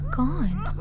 gone